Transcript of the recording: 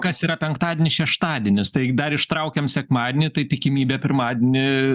kas yra penktadienis šeštadienis taigi dar ištraukiam sekmadienį tai tikimybė pirmadienį